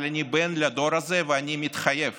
אבל אני בן לדור הזה, ואני מתחייב